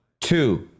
two